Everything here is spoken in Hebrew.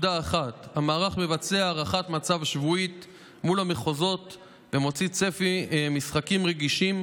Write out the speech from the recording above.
1. המערך מבצע הערכת מצב שבועית מול המחוזות ומוציא צפי משחקים רגישים,